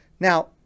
Now